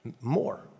More